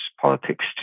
politics